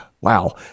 wow